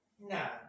No